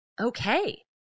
okay